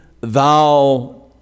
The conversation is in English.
thou